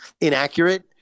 inaccurate